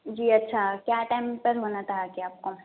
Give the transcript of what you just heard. جی اچھا کیا ٹائم پر ہونا تھا آگے آپ کو